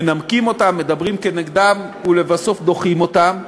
מנמקים אותן, מדברים נגדן, ולבסוף דוחים אותן.